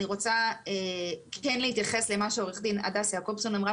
אני רוצה כן להתייחס למה שעו"ד הדס יעקובסון אמרה,